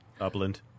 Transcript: Upland